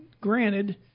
granted